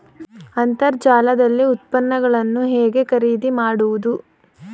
ಅಂತರ್ಜಾಲದಲ್ಲಿ ಉತ್ಪನ್ನಗಳನ್ನು ಹೇಗೆ ಖರೀದಿ ಮಾಡುವುದು?